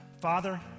Father